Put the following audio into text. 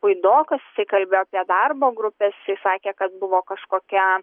puidokas tik kalbėjo apie darbo grupes jis sakė kad buvo kažkokia